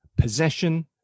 possession